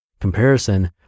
Comparison